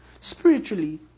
Spiritually